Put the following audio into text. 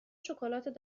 شکلات